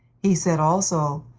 he said, also,